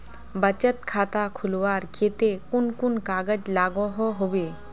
बचत खाता खोलवार केते कुन कुन कागज लागोहो होबे?